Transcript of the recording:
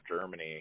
Germany